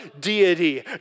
deity